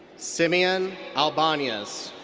simeon albanez.